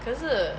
可是